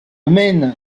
man